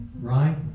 right